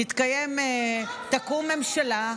תקום ממשלה,